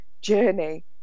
journey